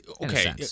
okay